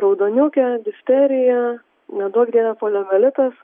raudoniukė difterija neduok dieve poliomielitas